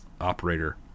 operator